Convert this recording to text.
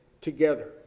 together